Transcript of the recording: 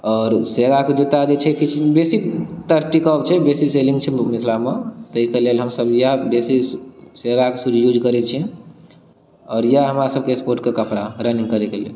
आओर शेरा के जूता जे छै किछु बेसीतर टिकाउ छै बेसी सेलिंग छै मिथिला मे ताहिके लेल हमसब इएह बेसी शेराके शूज यूज करै छी आओर इएह हमरा सबके स्पोर्टके कपड़ा रनिंग करै के लेल